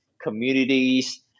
communities